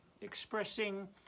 expressing